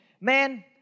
man